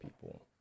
people